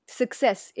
success